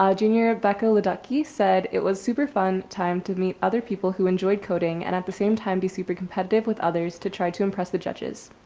ah junior rebecca laducky said it was super fun time to meet other people who enjoyed coding and at the same time be super competitive with others to try to impress the judges.